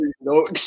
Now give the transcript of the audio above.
no